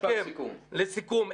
לסיכום,